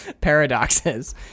paradoxes